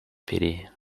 pity